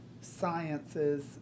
sciences